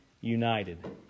united